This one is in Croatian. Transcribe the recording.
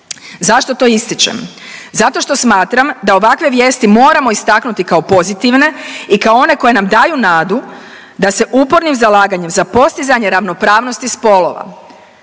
Zašto to ističem? Zato što smatram da ovakve vijesti moramo istaknuti kao pozitivne i kao one koje nam daju nadu da se upornim zalaganjem za postizanje ravnopravnosti spolova